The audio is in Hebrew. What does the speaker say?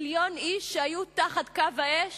על מיליון איש שהיו בקו האש